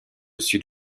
sud